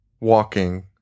walking